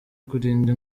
kurinda